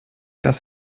das